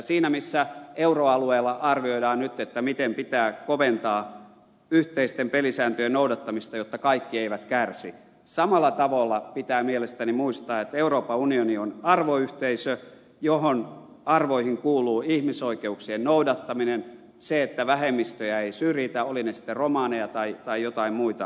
siinä missä euroalueella arvioidaan nyt miten pitää koventaa yhteisten pelisääntöjen noudattamista jotta kaikki eivät kärsi samalla tavalla pitää mielestäni muistaa että euroopan unioni on arvoyhteisö jonka arvoihin kuuluu ihmisoikeuksien noudattaminen se että vähemmistöjä ei syrjitä olivat ne sitten romaneja tai joitain muita vähemmistöjä